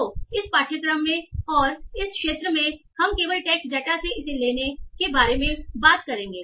तो इस पाठ्यक्रम में और इस क्षेत्र में हम केवल टेक्स्ट डेटा से इसे लेने के बारे में बात करेंगे